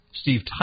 Steve